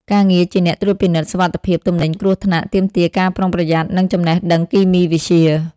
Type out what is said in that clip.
ការងារជាអ្នកត្រួតពិនិត្យសុវត្ថិភាពទំនិញគ្រោះថ្នាក់ ទាមទារការប្រុងប្រយ័ត្ន និងចំណេះដឹងគីមីវិទ្យា។